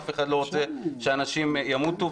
אף אחד לא רוצה שאנשים ימותו,